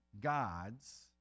gods